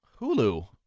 Hulu